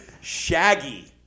Shaggy